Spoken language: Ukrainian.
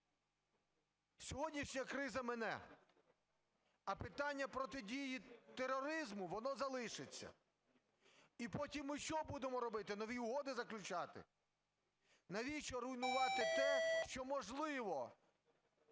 Сьогоднішня криза мине, а питання протидії тероризму, воно залишиться, і потім ми що будемо робити - нові угоди заключати? Навіщо руйнувати те, що, можливо,